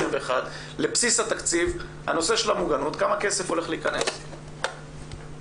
לבסיס התקציב כמה כסף הולך להיכנס לנושא המוגנות?